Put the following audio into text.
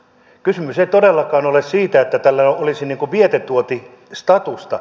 kysymys ei todellakaan ole siitä että tällä olisi vientituotestatusta